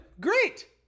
great